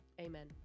Amen